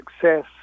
success